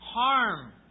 harm